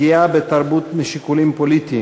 פגיעה בתרבות משקולים פוליטיים,